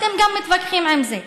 אתם מתווכחים גם על זה.